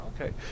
okay